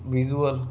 visual